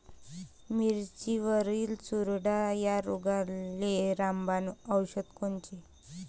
मिरचीवरील चुरडा या रोगाले रामबाण औषध कोनचे?